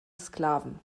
sklaven